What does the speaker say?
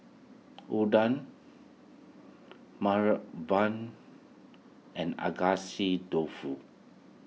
Unadon Banh and Agedashi Dofu